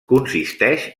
consisteix